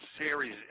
Series